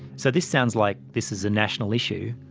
so this sounds like this is a national issue.